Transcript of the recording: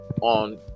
on